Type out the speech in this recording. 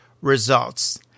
results